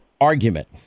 argument